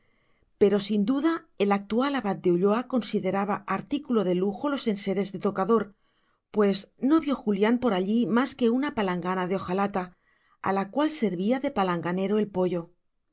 pero sin duda el actual abad de ulloa consideraba artículo de lujo los enseres de tocador pues no vio julián por allí más que una palangana de hojalata a la cual servía de palanganero el poyo